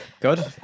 Good